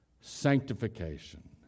sanctification